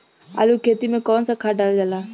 आलू के खेती में कवन सा खाद डालल जाला?